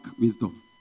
wisdom